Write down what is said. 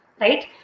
right